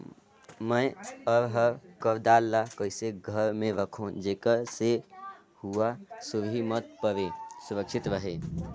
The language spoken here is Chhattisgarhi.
मैं अरहर कर दाल ला कइसे घर मे रखों जेकर से हुंआ सुरही मत परे सुरक्षित रहे?